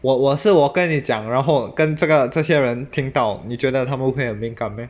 我我是我跟你讲然后跟这个这些人听到你觉得他们会很敏感 meh